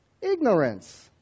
ignorance